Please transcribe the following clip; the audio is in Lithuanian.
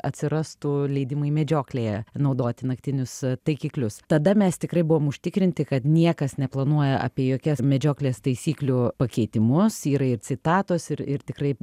atsirastų leidimai medžioklėje naudoti naktinius taikiklius tada mes tikrai buvom užtikrinti kad niekas neplanuoja apie jokias medžioklės taisyklių pakeitimus yra ir citatos ir ir tikrai